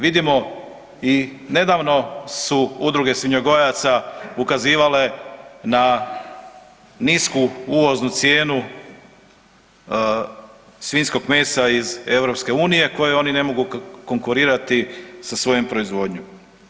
Vidimo i nedavno su udruge svinjogojaca ukazivale na nisku uvoznu cijenu svinjskog mesa iz EU kojoj oni ne mogu konkurirati sa svojom proizvodnjom.